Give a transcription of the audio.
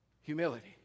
humility